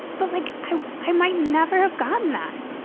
but like, i i might never have gotten that.